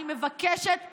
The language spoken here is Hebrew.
אני מבקשת סליחה.